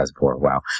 wow